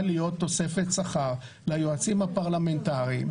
להיות תוספת שכר ליועצים הפרלמנטריים,